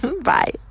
Bye